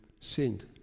sinned